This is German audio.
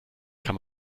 kann